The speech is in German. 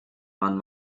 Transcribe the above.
man